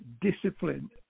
discipline